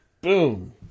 Boom